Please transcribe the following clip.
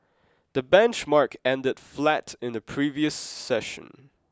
the benchmark ended flat in the previous session